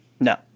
No